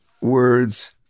words